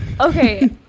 okay